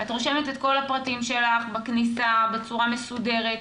את רושמת את כל הפרטים שלך בכניסה בצורה מסודרת.